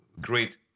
great